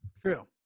True